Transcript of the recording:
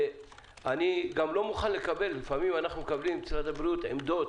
אני גם לא מוכן לקבל לפעמים אנחנו מקבלים ממשרד הבריאות עמדות